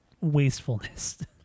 wastefulness